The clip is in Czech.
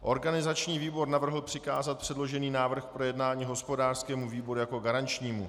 Organizační výbor navrhl přikázat předložený návrh k projednání hospodářskému výboru jako garančnímu.